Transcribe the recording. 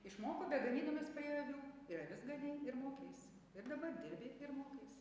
išmoko beganydamas prie avių ir avis ganei ir mokeisi ir dabar dirbi ir mokaisi